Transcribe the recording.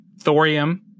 thorium